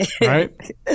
right